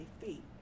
feet